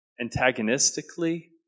antagonistically